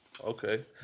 Okay